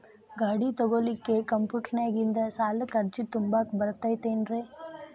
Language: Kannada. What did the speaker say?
ಗಾಡಿ ತೊಗೋಳಿಕ್ಕೆ ಕಂಪ್ಯೂಟೆರ್ನ್ಯಾಗಿಂದ ಸಾಲಕ್ಕ್ ಅರ್ಜಿ ತುಂಬಾಕ ಬರತೈತೇನ್ರೇ?